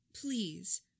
Please